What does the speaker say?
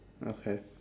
okay